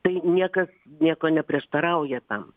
tai niekas nieko neprieštarauja tam